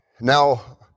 Now